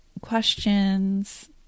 questions